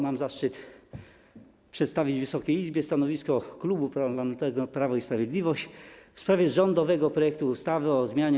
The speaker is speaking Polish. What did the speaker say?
Mam zaszczyt przedstawić Wysokiej Izbie stanowisko Klubu Parlamentarnego Prawo i Sprawiedliwość w sprawie rządowego projektu ustawy o zmianie